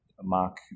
Mark